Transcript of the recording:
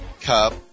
Cup